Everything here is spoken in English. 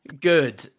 Good